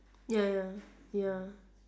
ya ya ya